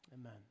amen